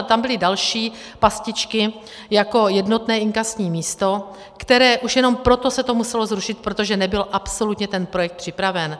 Tam byly další pastičky jako jednotné inkasní místo, které... už jenom proto se to muselo zrušit, protože nebyl absolutně ten projekt připraven.